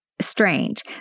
strange